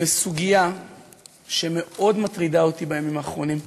בסוגיה שמאוד מטרידה אותי בימים האחרונים,